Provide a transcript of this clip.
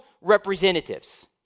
representatives